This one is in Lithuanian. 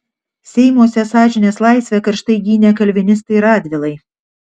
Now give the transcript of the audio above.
seimuose sąžinės laisvę karštai gynė kalvinistai radvilai